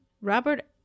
Robert